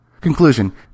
Conclusion